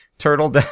turtle